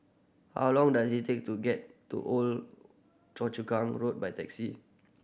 how long does it take to get to Old Choa Chu Kang Road by taxi